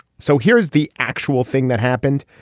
so here is the actual thing that happened.